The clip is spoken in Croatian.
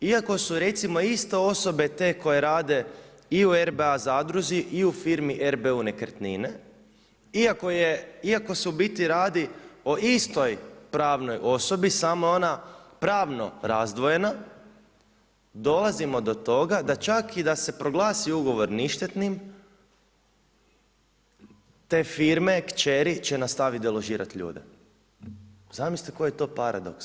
Iako su recimo iste osobe te koje rade i u RBA zadruzi i u firmi R.B.U. nekretnine iako se u biti radi o istoj pravnoj osobi samo je ona pravno razdvojena, dolazimo do toga da čak i da se proglasi ugovor ništetnim te firme kćeri će nastaviti deložirati te ljude. zamislite koji je to paradoks.